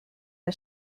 der